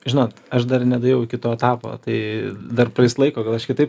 žinot aš dar nedaėjau iki to etapo tai dar praeis laiko gal aš kitaip